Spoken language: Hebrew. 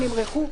נמרחו,